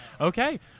Okay